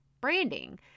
branding